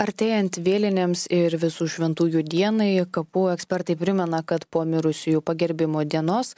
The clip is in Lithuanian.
artėjant vėlinėms ir visų šventųjų dienai kapų ekspertai primena kad po mirusiųjų pagerbimo dienos